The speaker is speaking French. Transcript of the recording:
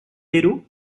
bello